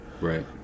Right